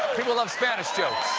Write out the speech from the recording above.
people love spanish jokes.